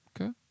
Okay